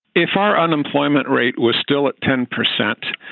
if our unemployment rate was still at ten percent,